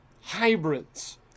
hybrids